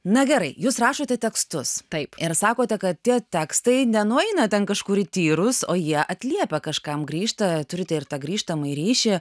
na gerai jūs rašote tekstus taip ir sakote kad tie tekstai nenueina ten kažkur į tyrus o jie atliepia kažkam grįžta turite ir tą grįžtamąjį ryšį